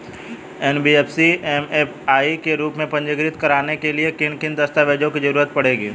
NBFC MFI के रूप में पंजीकृत कराने के लिए किन किन दस्तावेजों की जरूरत पड़ेगी?